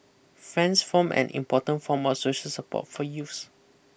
friends form an important form of social support for youths